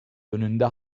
önünde